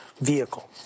vehicle